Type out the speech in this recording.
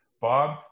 Bob